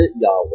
Yahweh